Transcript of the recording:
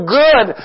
good